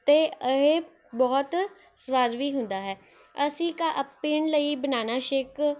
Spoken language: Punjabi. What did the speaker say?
ਅਤੇ ਇਹ ਬਹੁਤ ਸਵਾਦ ਵੀ ਹੁੰਦਾ ਹੈ ਅਸੀਂ ਘਰ ਪੀਣ ਲਈ ਬਨਾਨਾ ਸ਼ੇਕ